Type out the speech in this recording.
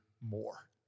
more